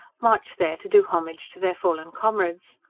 march there to do homage to their fallen comrades.